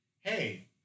hey